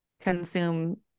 consume